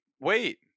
wait